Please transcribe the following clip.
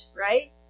right